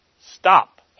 stop